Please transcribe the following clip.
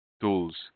tools